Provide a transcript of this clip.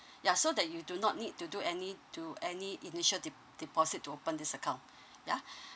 ya so that you do not need to do any to any initial dep~ deposit to open this account yeah